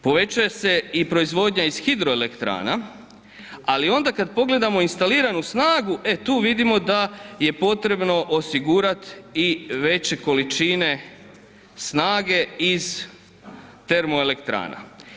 Povećava se i proizvodnja iz hidroelektrana ali onda kad pogledamo instaliranu snagu, e tu vidimo da je potrebno osigurat i veće količine snage iz termoelektrana.